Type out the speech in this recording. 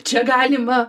čia galima